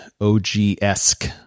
OG-esque